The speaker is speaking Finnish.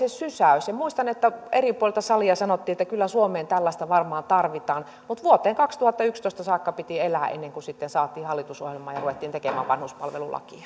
se sysäys muistan että eri puolilta salia sanottiin että kyllä suomeen tällaista varmaan tarvitaan mutta vuoteen kaksituhattayksitoista saakka piti elää ennen kuin sitten saatiin hallitusohjelmaan ja ruvettiin tekemään vanhuspalvelulakia